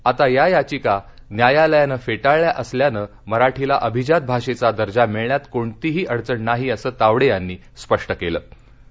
आता या याचिका न्यायालयानं फ्टिळल्या असल्यानं मराठीला अभिजात भाषत्ती दर्जा मिळण्यात कोणतीही अडचण नाही असं तावड्यांनी स्पष्ट कलि